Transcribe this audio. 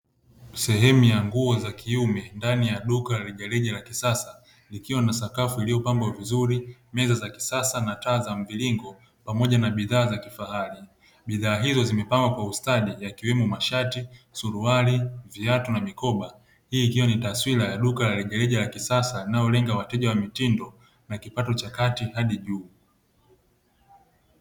Sehemu ya nguo za kiume ndani ya duka la rejareja la kisasa likiwa na sakafu iliyopangwa vizuri meza za kisasa na taa za mviringo pamoja na bidhaa za kifahari, bidhaa hizo zimepangwa kwa ustadi yakiwemo mashati, suruhari na mikoba hii ikiwa ni taswira ya duka la rejareja la kisasa. Linalolenga wateja wamitindo na kipato cha kati hadi juu.